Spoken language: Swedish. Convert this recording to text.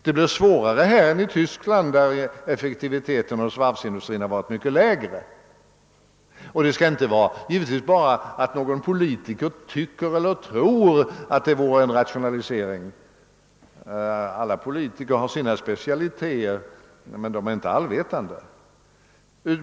Det blir svårare här än i Tyskland där effektiviteten inom varvsindustrin varit mycket lägre. Det skall givetvis inte räcka, att någon politiker :tycker eller tror att det är en rationalisering. Alla politiker har sina specialiteter men de är inte allvetande.